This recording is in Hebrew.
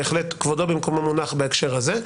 בהחלט כבודו במקומו מונח בהקשר הזה,